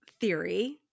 theory